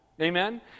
Amen